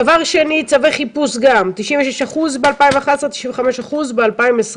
דבר שני, צווי חיפוש גם, 96% ב-2011 ו-95% ב-2021.